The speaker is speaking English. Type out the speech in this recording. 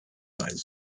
eyes